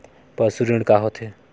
पशु ऋण का होथे?